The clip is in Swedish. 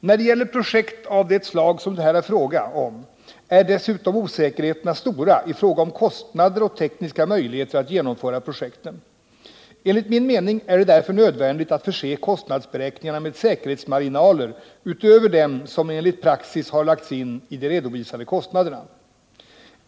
När det gäller projekt av det slag som det här är fråga om är dessutom osäkerheten stor i fråga om kostnader och tekniska möjligheter att genomföra projekten. Enligt min mening är det därför nödvändigt att förse kostnadsberäkningarna med säkerhetsmarginaler utöver dem som enligt praxis har lagts in i de redovisade kostnaderna.